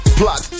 plot